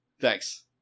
Thanks